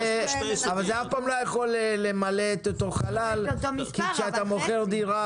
אבל זה אף פעם לא יכול היה למלא את אותו חלל כשאתה מוכר דירה